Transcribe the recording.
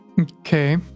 Okay